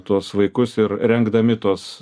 tuos vaikus ir rengdami tuos